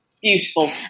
Beautiful